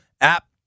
app